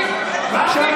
בבקשה,